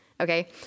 Okay